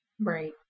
Right